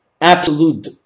absolute